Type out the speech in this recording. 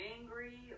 angry